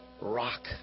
Rock